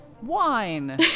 Wine